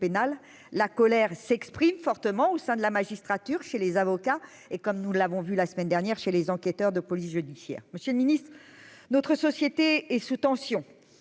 la colère s'exprime fortement au sein de la magistrature chez les avocats et comme nous l'avons vu la semaine dernière chez les enquêteurs de police judiciaire, Monsieur le Ministre, notre société est sous tension